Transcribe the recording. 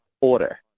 order